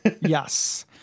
yes